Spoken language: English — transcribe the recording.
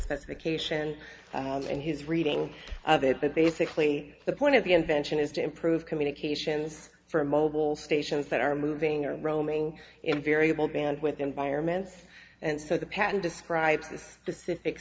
specification and his reading of it but basically the point of the invention is to improve communications for mobile stations that are moving or roaming in variable band with environments and so the patent describes this to sit